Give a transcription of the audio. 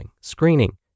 screening